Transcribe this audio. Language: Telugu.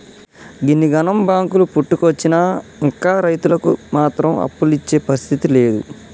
గిన్నిగనం బాంకులు పుట్టుకొచ్చినా ఇంకా రైతులకు మాత్రం అప్పులిచ్చే పరిస్థితి లేదు